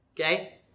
Okay